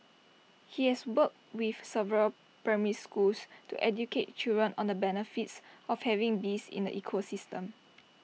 he has worked with several primary schools to educate children on the benefits of having bees in the ecosystem